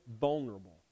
vulnerable